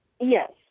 Yes